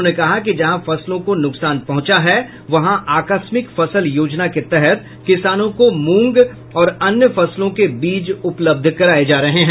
उन्होने कहा कि जहां फसलों को नुकसान पहुचा हैं वहां आकस्मिक फसल योजना के तहत किसानों को मूंग और अन्य फसलों के बीज उपलब्ध कराये जा रहे हैं